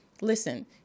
Listen